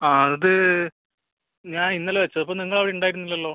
ആ അത് ഞാൻ ഇന്നലെ വെച്ചത് അപ്പോൾ നിങ്ങൾ അവിടെ ഉണ്ടായിരുന്നില്ലല്ലോ